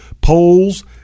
polls